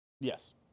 yes